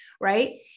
Right